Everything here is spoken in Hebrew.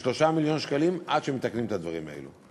כ-3 מיליון שקלים עד שיתוקנו הדברים האלה.